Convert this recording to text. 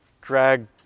drag